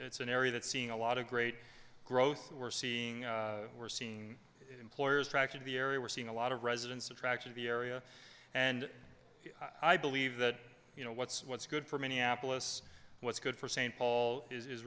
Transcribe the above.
it's an area that's seeing a lot of great growth we're seeing we're seeing employers track to the area we're seeing a lot of residents attraction the area and i believe that you know what's what's good for minneapolis what's good for st paul is